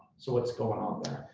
so what's going on there?